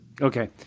Okay